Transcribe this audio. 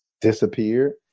disappeared